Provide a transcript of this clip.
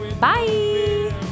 bye